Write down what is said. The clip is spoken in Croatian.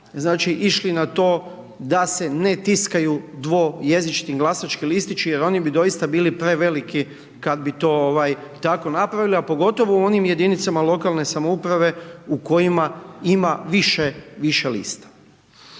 išli na to da se ne tiskaju dvojezični glasački listići jer oni bi doista bili preveliki kad bi to tako napravili, a pogotovo u onim jedinicama lokalne samouprave u kojima ima više lista.